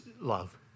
love